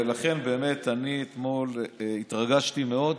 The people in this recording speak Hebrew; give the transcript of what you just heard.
ולכן באמת אני אתמול התרגשתי מאוד.